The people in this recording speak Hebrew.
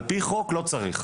על פי חוק לא צריך.